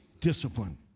discipline